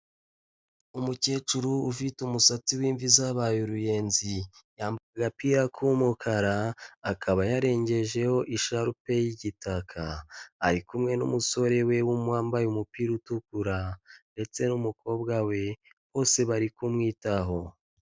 Umukecuru ufite umusatsi w'imvi zabaye uruyenzi. Yambaye agapira k'umukara akaba yarengejeho isharupe y'igitaka, ari kumwe n'umusore wembaye umupira utukura ndetse n'umukobwa we bose bari kumwitaho.